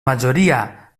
majoria